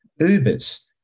Ubers